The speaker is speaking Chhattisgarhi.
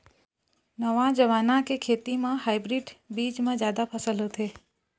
नवा जमाना के खेती म हाइब्रिड बीज म जादा फसल होथे